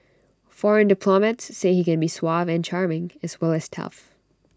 foreign diplomats say he can be suave and charming as well as tough